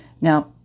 Now